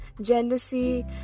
jealousy